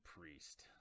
Priest